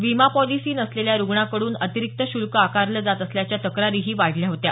विमा पॉलिसी नसलेल्या रुग्णाकडून अतिरीक्त शुल्क आकारले जात असल्याच्या तक्रारी वाढल्या होत्या